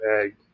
egg